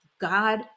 God